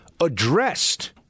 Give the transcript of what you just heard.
addressed